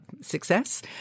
success